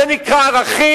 זה נקרא ערכים?